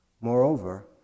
Moreover